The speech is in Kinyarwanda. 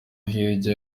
hirya